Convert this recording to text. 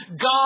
God